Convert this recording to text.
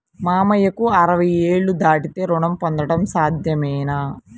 మామయ్యకు అరవై ఏళ్లు దాటితే రుణం పొందడం సాధ్యమేనా?